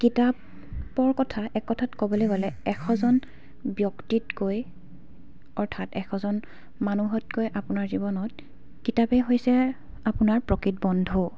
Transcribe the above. কিতাপৰ কথা এক কথাত ক'বলৈ গ'লে এশজন ব্যক্তিতকৈ অৰ্থাৎ এশজন মানুহতকৈ আপোনাৰ জীৱনত কিতাপেই হৈছে আপোনাৰ প্ৰকৃত বন্ধু